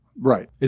Right